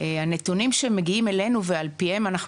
הנתונים שמגיעים אלינו ועל פיהם אנחנו